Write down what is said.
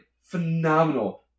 phenomenal